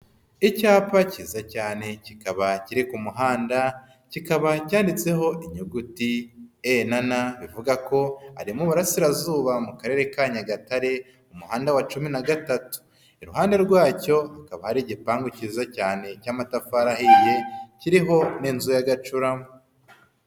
Icyapa kiza cyane kikaba kiri ku muhanda kikaba cyanditseho inyuguti e na na ivuga ko ari mu burasirazuba mu Karere Ka Nyagatare umuhanda wa cumi na gatatu, iruhande rwacyo hakaba hari igipangu kiza cyane cy'amatafari ahiye kiriho n'inzu y'agacurama.